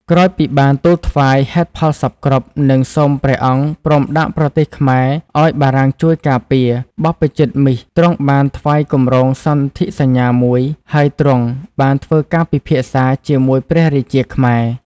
ក្រោយពីបានទូលថ្វាយហេតុផលសព្វគ្រប់ និងសូមព្រះអង្គព្រមដាក់ប្រទេសខ្មែរឱ្យបារាំងជួយការពារ បព្វជិតមីស ទ្រង់បានថ្វាយគម្រោងសន្ធិសញ្ញាមួយ ហើយទ្រង់បានធ្វើការពិភាក្សាជាមួយព្រះរាជាខ្មែរ។